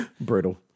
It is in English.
Brutal